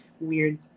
weird